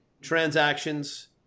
transactions